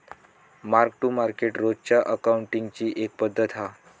mark to market रोजच्या अकाउंटींगची एक पद्धत हा